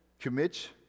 commit